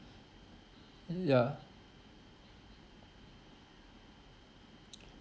ya